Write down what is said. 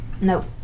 Nope